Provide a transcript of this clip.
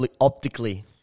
optically